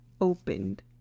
opened